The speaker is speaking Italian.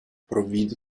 provvide